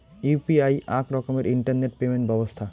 UPI আক রকমের internet payment ব্যবছথা